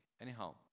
Anyhow